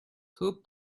two